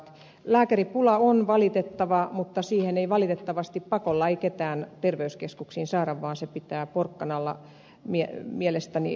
lääkäripula on valitettava mutta valitettavasti pakolla ei ketään terveyskeskuksiin saada vaan se pitää porkkanalla mielestäni tehdä